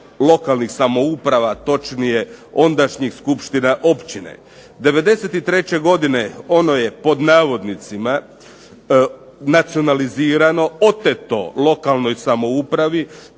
lokalnih samouprava, točnije ondašnjih skupština općine. '93. godine ono je pod navodnicima nacionalizirano, oteto lokalnoj samoupravi,